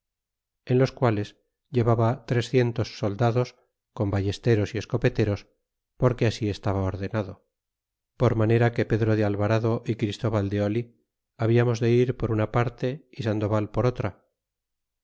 en los quales llevaba trecientos soldados con ballesteros y escopeteros porque así estaba ordenado por manera que pedro de alvarado y christóval de oli habiamos de ir por una parte y sandoval por otra